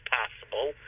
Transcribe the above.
possible